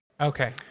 Okay